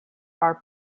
are